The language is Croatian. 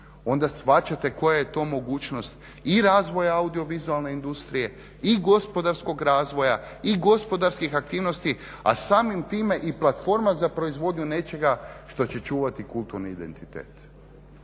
onda shvaćate koja je to mogućnost i razvoja audiovizualne industrije i gospodarskog razvoja i gospodarskih aktivnosti, a samim time i platforma za proizvodnju nečega što će čuvati kulturni identitet.